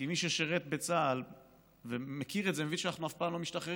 כי מי ששירת בצה"ל ומכיר את זה מבין שאנחנו אף פעם לא משתחררים,